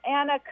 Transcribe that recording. anna